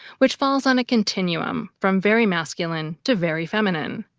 which falls on a continuum from very masculine to very feminine.